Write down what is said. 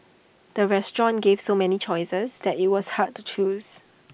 the restaurant gave so many choices that IT was hard to choose